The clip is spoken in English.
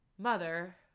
mother